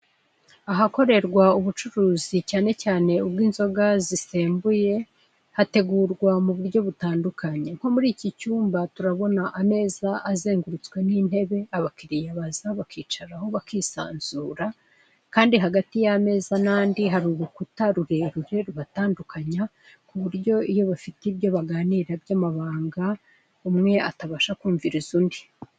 Ahakorerwa ubucuruzi cyane cyane ubw'inzoga zisembuye hategurwa mu buryo butandukanye. Nko muri iki cyumba turabona ameza azengurutswe n'intebe abakiliya baza bakicaraho bakisanzura, kandi hagati y'ameza n'andi hari urukuta rurerure rubatandukanya ku buryo iyo bafite ibyo baganira by'amabanga umwe atabasha kumviriza undi.